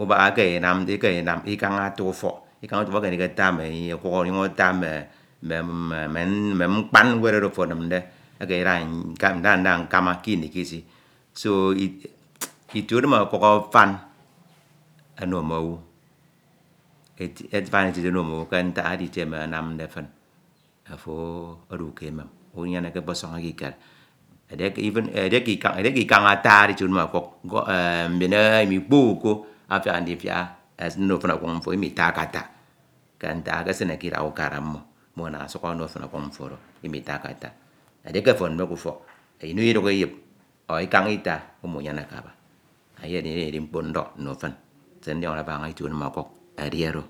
ubak ekeme ndinam Ikan ata ufọk, Ikañ Ita ufọk ekeme ndikaita mme ọkuk oron ata mme mma. mme mkpan ñwed oro oro ofo enimde ekeme ndida nda nda nkama kini kisi so o Ifie unim ọkuk afem one mmowu eti afan eti eti ono mmo wu ke ntak edi etie emi anamde fin, ofo odu ke emwm, unyeneke ọkpọsọñ ekikere edieke, ifin edieke Ikañ atade itie unim ọkuk kọ mme Ikpo owu ko afiak ndifak ono fin ọkuk mfo Imitakke tak ke ntak ekesine k’idak ukema mmo, mmo ana ọsuk ono fin ọkuk mfo oro, lmitakke tak edieke ofo enimde k’ufọk, Ino Iduk Iyip ọ Ikañ eta, umunyeneke aba. eyedi eyem ndidi mkpo ndọk nno fin, se ndioñọde mbañ a Itie unim ọkuk edi oro.